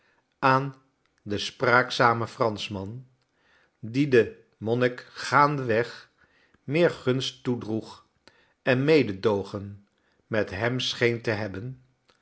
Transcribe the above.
aan den spraakzamen franschman die den monnik gaandeweg meer gunst toedroeg en mededoogen met hem scheen te hebben